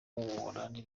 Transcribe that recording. w’umuholandi